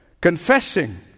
confessing